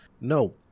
no